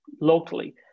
locally